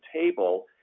table